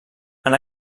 han